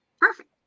Perfect